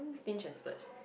stinge and splurge